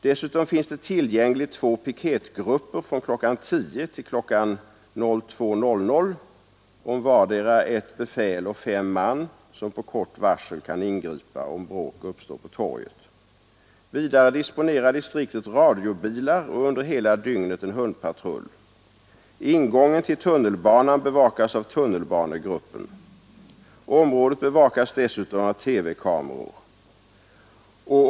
Dessutom finns tillgängliga två piketgrupper klockan 10.00—02.00 om vardera ett befäl och fem man, som med kort varsel kan ingripa om bråk uppstår på torget. Vidare disponerar distriktet radiobilar och under hela dygnet en hundpatrull. Ingången till tunnelbanan bevakas av tunnelbanegruppen. Området bevakas dessutom av TV-kameror.